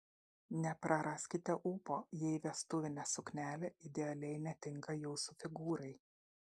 nepraraskite ūpo jei vestuvinė suknelė idealiai netinka jūsų figūrai